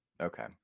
okay